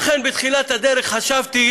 אכן בתחילת הדרך חשבתי